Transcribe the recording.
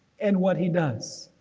and what he does.